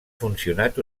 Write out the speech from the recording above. funcionat